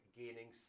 gaining